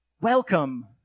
Welcome